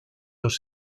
los